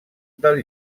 del